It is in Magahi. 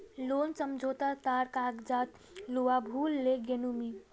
लोन समझोता तार कागजात लूवा भूल ले गेनु मि